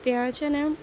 ત્યાં છે ને